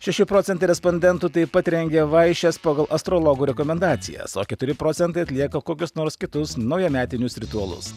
šeši procentai respondentų taip pat rengia vaišes pagal astrologų rekomendacijas o keturi procentai atlieka kokius nors kitus naujametinius ritualus